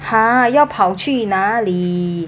!huh! 要跑去哪里